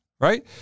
right